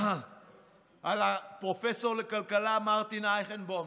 על הפרופסור לכלכלה מרטין אייכנבאום,